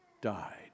died